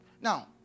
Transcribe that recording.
Now